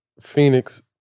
Phoenix